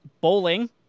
bowling